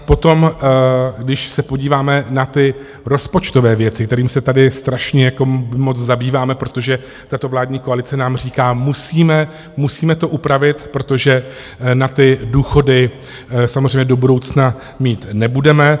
Potom, když se podíváme na ty rozpočtové věci, kterými se tady strašně moc zabýváme, protože tato vládní koalice nám říká musíme to upravit, protože na ty důchody samozřejmě do budoucna mít nebudeme.